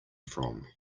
from